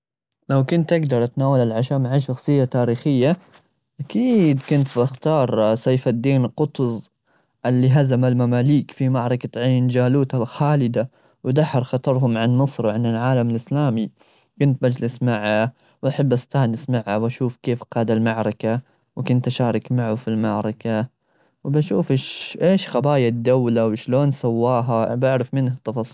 لو كنت أقدر أتناول العشاء مع شخصية تاريخية، أكيد كنت بختار سيف الدين قطز، اللي هزم المماليك في معركة عين جالوت الخالدة ودحر خطرهم عن نصرة العالم الإسلامي. كنت تجلس معه، وأحب أستأنس معه وأشوف كيف قاد المعركة. وكنت أشارك معه في المعركة، وبشوف إش-إيش خبايا الدولة؟ وشلون سواها؟ بعرف منه التفاصيل.